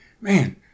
Man